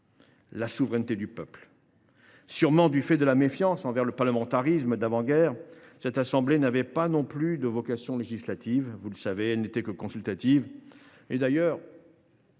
la souveraineté du peuple ». Sûrement du fait de la méfiance envers le parlementarisme d’avant guerre, cette assemblée n’avait pas non plus de vocation législative : vous le savez, elle n’était que consultative. D’ailleurs,